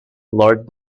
lord